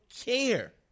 care